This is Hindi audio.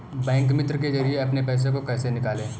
बैंक मित्र के जरिए अपने पैसे को कैसे निकालें?